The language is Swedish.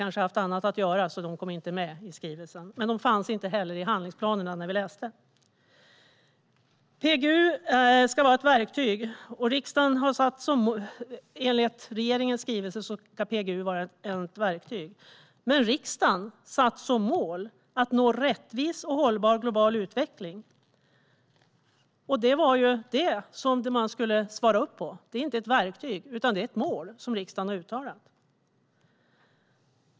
Kanske hade man annat att göra så att de inte kom med i skrivelsen, men de fanns heller inte i de handlingsplaner som vi läste. PGU ska enligt regeringens skrivelse vara ett verktyg, men riksdagen har satt upp målet att nå en rättvis och hållbar global utveckling. Det var detta man skulle svara upp mot. Det är inte ett verktyg utan ett mål som riksdagen har uttalat.